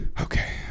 Okay